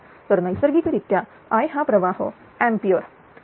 तर नैसर्गिकरित्या I हा प्रवाह एंपियर 23